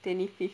twenty fifth